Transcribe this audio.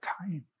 time